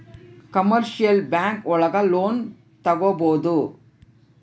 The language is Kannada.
ಕಮರ್ಶಿಯಲ್ ಬ್ಯಾಂಕ್ ಒಳಗ ಲೋನ್ ತಗೊಬೋದು